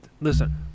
listen